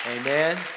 Amen